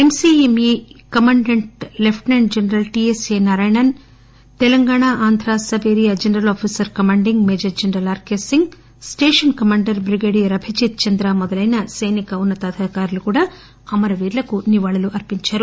MCEME commandant lieutenant general TS A Narayanan GOC Telangana Andhra sub area general officer commanding major general R K Singh station commander brigadier Abhijit Chandra మొదలైన సైనిక ఉన్న తాధికారులు కూడా అమరవీరులకు నివాళి అరిఎంచారు